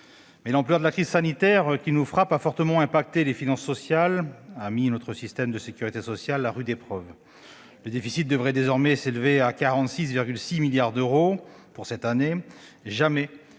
par son ampleur, la crise sanitaire qui nous frappe a fortement affecté les finances sociales, mettant notre système de sécurité sociale à rude épreuve. Le déficit devrait désormais s'élever à 46,6 milliards d'euros pour cette année : jamais